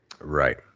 Right